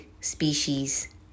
species